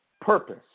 Purpose